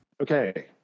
Okay